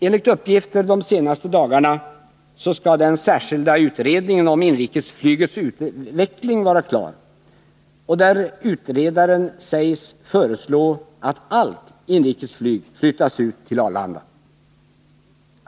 Enligt uppgift de senaste dagarna skall den särskilda utredningen om inrikesflygets utveckling vara klar, och utredaren sägs föreslå att allt inrikesflyg flyttas ut till Arlanda.